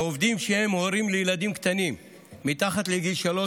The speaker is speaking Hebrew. לעובדים שהם הורים לילדים קטנים מתחת לגיל שלוש